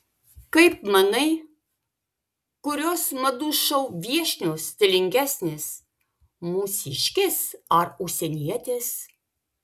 kaip manai kurios madų šou viešnios stilingesnės mūsiškės ar užsienietės